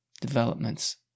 developments